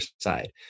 side